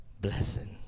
blessing